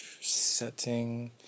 setting